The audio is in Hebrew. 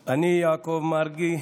אני, יעקב מרגי,